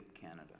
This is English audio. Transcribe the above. Canada